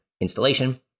Installation